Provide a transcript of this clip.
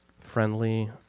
friendly